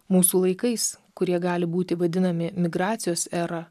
mūsų laikais kurie gali būti vadinami migracijos era